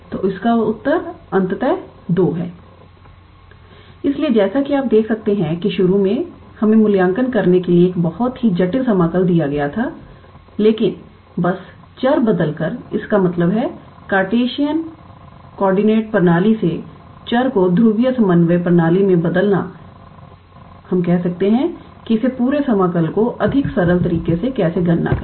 तो इसका उत्तर अंततः 2 है इसलिए जैसा कि आप देख सकते हैं कि शुरू में हमें मूल्यांकन करने के लिए एक बहुत ही जटिल समाकल दिया गया था लेकिन बस चर बदलकर इसका मतलब है कार्टेशियन कोऑर्डिनेट प्रणाली से चर को ध्रुवीय समन्वय प्रणाली में बदलना हम कह सकते हैं कि इस पूरे समाकल को और अधिक सरल तरीके से कैसे गणना करें